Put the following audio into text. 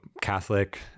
catholic